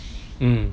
mm